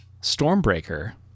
Stormbreaker